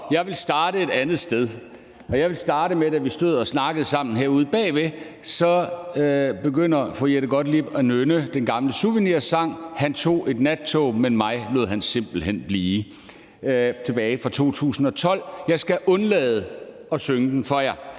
jeg vil starte et andet sted. Jeg vil starte med at sige, at da vi stod og snakkede sammen herude bagved, begyndte fru Jette Gottlieb at nynne den gamle Souvenirssang tilbage fra 2012: »Han tog et nattog og mig lod han simpelthen blie'«. Jeg skal undlade at synge den for jer,